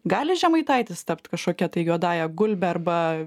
gali žemaitaitis tapt kažkokia tai juodąja gulbe arba